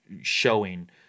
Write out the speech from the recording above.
showing